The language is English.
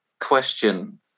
question